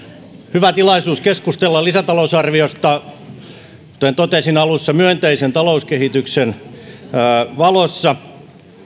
hyvä tilaisuus keskustella lisätalousarviosta kuten totesin alussa myönteisen talouskehityksen valossa